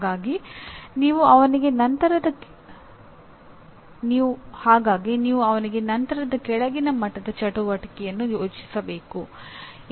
ಹಾಗಾಗಿ ನೀವು ಅವನಿಗೆ ನಂತರದ ಕೆಳಗಿನ ಮಟ್ಟದ ಚಟುವಟಿಕೆಯನ್ನು ಯೋಚಿಸಬೇಕು